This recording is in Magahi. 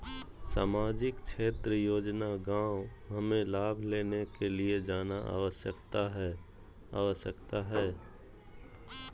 सामाजिक क्षेत्र योजना गांव हमें लाभ लेने के लिए जाना आवश्यकता है आवश्यकता है?